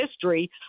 history